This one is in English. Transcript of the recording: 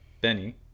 Benny